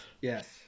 yes